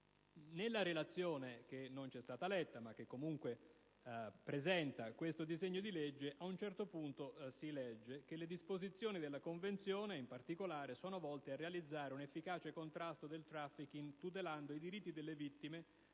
Nella relazione, che non c'è stata letta ma che comunque presenta detto disegno di legge, ad un certo punto si legge quanto segue: «Le disposizioni della Convenzione, in particolare, sono volte a realizzare un efficace contrasto del *trafficking*, tutelando i diritti delle vittime